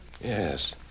Yes